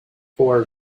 for